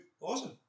Awesome